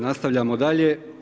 Nastavljamo dalje.